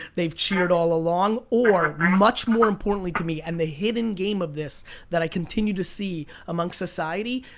they've cheered all along or much more importantly to me and the hidden game of this that i continue to see among society,